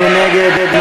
מי נגד?